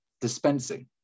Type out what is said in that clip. dispensing